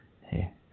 Hey